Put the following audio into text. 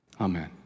amen